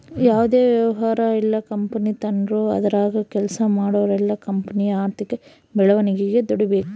ಯಾವುದೇ ವ್ಯವಹಾರ ಇಲ್ಲ ಕಂಪನಿ ತಾಂಡ್ರು ಅದರಾಗ ಕೆಲ್ಸ ಮಾಡೋರೆಲ್ಲ ಕಂಪನಿಯ ಆರ್ಥಿಕ ಬೆಳವಣಿಗೆಗೆ ದುಡಿಬಕು